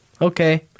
okay